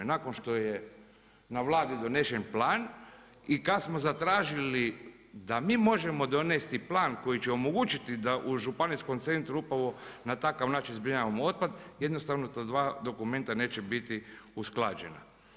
Nakon što je na Vladi donesen plan i kad smo zatražili da mi možemo donesti plan, koji će omogućiti da u županijskom centra upravo na takav način zbrinjavamo otpad, jednostavno ta dva dokumenta neće biti usklađena.